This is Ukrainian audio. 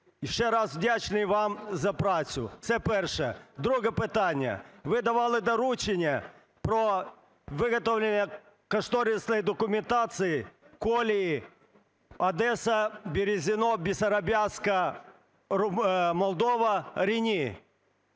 Друге питання. Ви давали доручення про виготовлення кошторисної документації колії Одеса – Березине – Басаробяска (Молдова) – Рені.